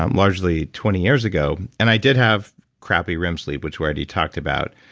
um largely, twenty years ago. and i did have crappy rem sleep, which we already talked about.